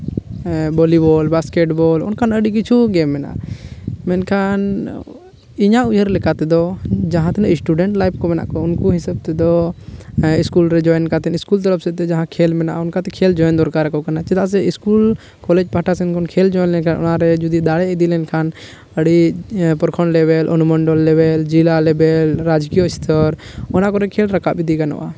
volleyball basketball ᱚᱱᱠᱟᱱ ᱟᱹᱰᱤ ᱠᱤᱪᱷᱩ ᱜᱮ ᱢᱮᱱᱟᱜᱼᱟ ᱢᱮᱱᱠᱷᱟᱱ ᱤᱧᱟᱹᱜ ᱩᱭᱦᱟᱹᱨ ᱞᱮᱠᱟᱛᱮᱫᱚ ᱡᱟᱦᱟᱸ ᱛᱤᱱᱟᱹᱜ ᱥᱴᱩᱰᱮᱱᱴ ᱞᱟᱭᱤᱯᱷ ᱠᱚ ᱢᱮᱱᱟᱜ ᱠᱚᱣᱟ ᱩᱱᱠᱩ ᱫᱚ ᱥᱠᱩᱞ ᱨᱮ ᱡᱚᱭᱮᱱ ᱠᱟᱛᱮᱫ ᱥᱠᱩᱞ ᱛᱚᱨᱚᱯ ᱥᱮᱫᱛᱮ ᱡᱟᱦᱟᱸ ᱠᱷᱮᱹᱞ ᱢᱮᱱᱟᱜᱼᱟ ᱚᱱᱠᱟᱛᱮ ᱠᱷᱮᱹᱞ ᱡᱚᱭᱮᱱ ᱫᱚᱨᱠᱟᱨᱚᱜ ᱠᱟᱱᱟ ᱪᱮᱫᱟᱜ ᱥᱮ ᱥᱠᱩᱞ ᱠᱚᱞᱮᱡᱽ ᱯᱟᱦᱴᱟ ᱥᱮᱫ ᱠᱷᱚᱱ ᱠᱷᱮᱹᱞ ᱡᱚᱦᱚᱲ ᱞᱮᱱᱠᱷᱟᱱ ᱚᱱᱟ ᱨᱮ ᱡᱩᱫᱤ ᱫᱟᱲᱮ ᱤᱫᱤ ᱞᱮᱱᱠᱷᱟᱱ ᱟᱹᱰᱤ ᱤᱭᱟᱹ ᱯᱨᱚᱠᱷᱚᱱᱰ ᱞᱮᱹᱵᱮᱹᱞ ᱚᱱᱩᱢᱚᱱᱰᱚᱞ ᱞᱮᱹᱵᱮᱹᱞ ᱡᱮᱞᱟ ᱞᱮᱹᱵᱮᱹᱞ ᱨᱟᱡᱽᱡᱚ ᱚᱥᱛᱚᱨ ᱚᱱᱟ ᱠᱚᱨᱮᱫ ᱠᱷᱮᱹᱞ ᱨᱟᱠᱟᱵ ᱤᱫᱤ ᱜᱟᱱᱚᱜᱼᱟ